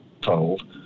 told